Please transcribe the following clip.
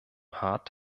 hart